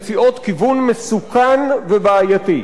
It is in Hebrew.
מציעות כיוון מסוכן ובעייתי.